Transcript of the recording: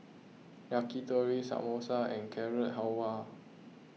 Yakitori Samosa and Carrot Halwa